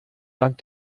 dank